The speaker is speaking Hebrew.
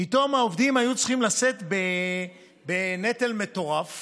פתאום העובדים היו צריכים לשאת בנטל מטורף